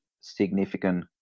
significant